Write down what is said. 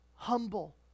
Humble